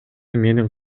менин